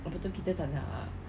apa tu kita tak nak